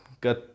got